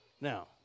Now